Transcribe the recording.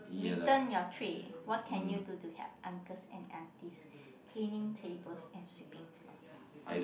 return your tray what can you do to help uncles and aunties cleaning tables and sweeping floors see